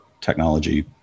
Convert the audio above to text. technology